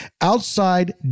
outside